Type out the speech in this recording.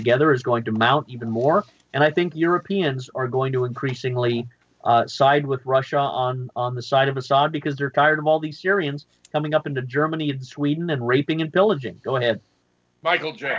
together is going to mount even more and i think europeans are going to increasingly side with russia on on the side of assad because they're tired of all the syrians coming up into germany and sweden and raping and pillaging go ahead michael j